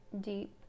deep